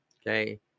Okay